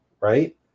right